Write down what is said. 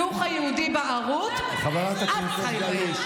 חבר הכנסת גלעד קריב.